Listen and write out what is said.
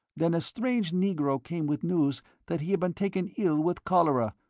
then a strange negro came with news that he had been taken ill with cholera,